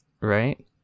right